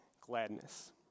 gladness